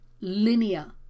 linear